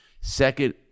Second